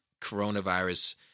coronavirus